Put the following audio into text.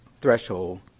threshold